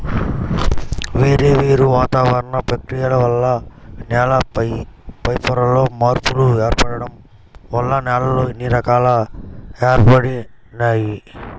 వేర్వేరు వాతావరణ ప్రక్రియల వల్ల నేల పైపొరల్లో మార్పులు ఏర్పడటం వల్ల నేలల్లో ఇన్ని రకాలు ఏర్పడినియ్యి